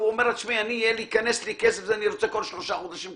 תשמעי, ייכנס לי כסף ואני רוצה כל שלושה חודשים,